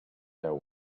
there